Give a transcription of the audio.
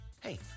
hey